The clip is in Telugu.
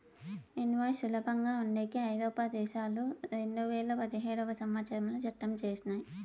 ఇన్వాయిస్ సులభంగా ఉండేకి ఐరోపా దేశాలు రెండువేల పదిహేడవ సంవచ్చరంలో చట్టం చేసినయ్